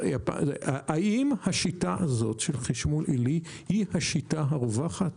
האם השיטה הזאת של חשמול עילי היא השיטה הרווחת?